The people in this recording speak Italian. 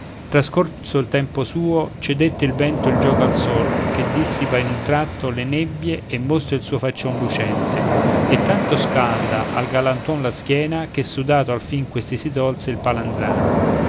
trascorso il tempo suo cedette il vento il gioco al sol che dissipa in un tratto le nebbie e mostra il suo faccion lucente e tanto scalda al galantuom la schiena che sudato alla fin questi si tolse il palandrano